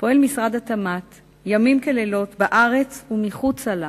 פועל משרד התמ"ת לילות כימים, בארץ ומחוצה לה,